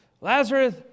Lazarus